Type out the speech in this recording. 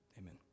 Amen